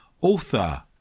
Author